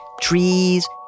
trees